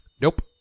Nope